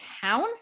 town